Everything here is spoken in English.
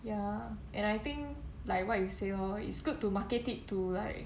ya and I think like what you say lor it's good to market it to like